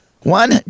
one